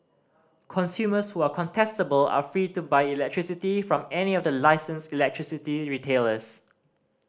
consumers who are contestable are free to buy electricity from any of the licensed electricity retailers